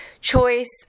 choice